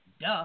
Duh